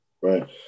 Right